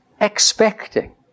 expecting